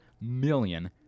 million